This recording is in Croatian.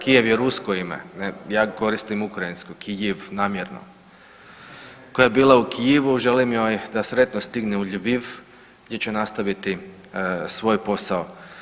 Kijev jer rusko ime, ja koristim ukrajinsko Kijiv namjerno, koja je bila u Kijivu želim joj da sretno stigne u Ljiviv gdje će nastaviti svoj posao.